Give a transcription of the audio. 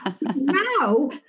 Now